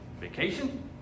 vacation